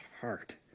heart